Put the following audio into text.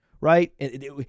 right